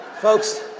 Folks